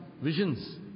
visions